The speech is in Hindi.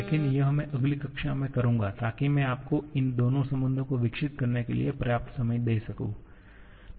लेकिन यह मैं अगली कक्षा में करूंगा ताकि मैं आपको इन दोनों संबंधों को विकसित करने के लिए पर्याप्त समय दे सकूं